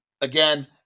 again